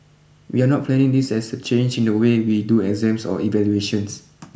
we are not planning this as a change in the way we do exams or evaluations